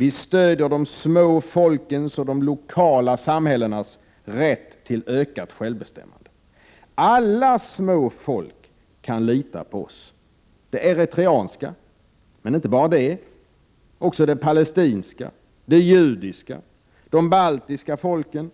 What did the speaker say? Vi stöder de små folkens och de lokala samhällenas rätt till ökat självbestämmande. Alla små folk kan lita på oss: det eritreanska, och inte bara det folket utan även det palestinska, det judiska, de baltiska folken,